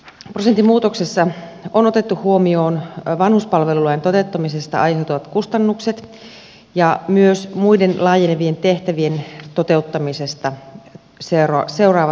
valtionosuusprosentin muutoksessa on otettu huomioon vanhuspalvelulain toteuttamisesta aiheutuvat kustannukset ja myös muiden laajenevien tehtävien toteuttamisesta seuraavat kustannukset